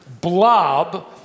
blob